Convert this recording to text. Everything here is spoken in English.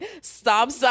Stop